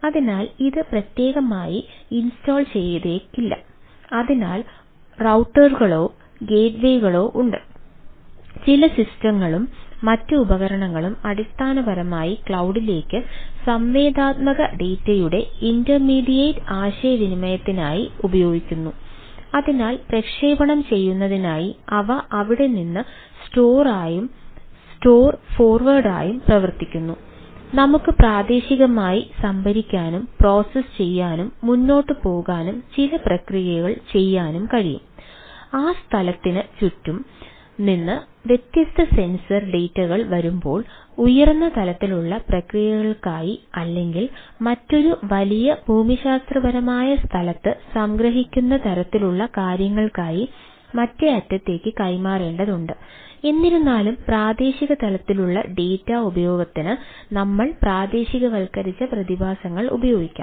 അതിനാൽ ഇത് പ്രത്യേകമായി ഇൻസ്റ്റാൾ ഉപയോഗിക്കുന്നതിന് നമ്മൾ പ്രാദേശികവൽക്കരിച്ച പ്രതിഭാസങ്ങൾ ഉപയോഗിക്കാം